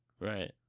Right